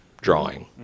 drawing